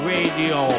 Radio